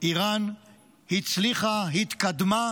איראן הצליחה, התקדמה.